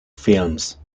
films